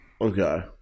okay